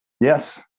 Yes